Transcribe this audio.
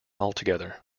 altogether